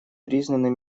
признаны